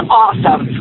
awesome